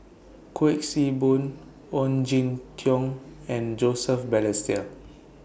Kuik Swee Boon Ong Jin Teong and Joseph Balestier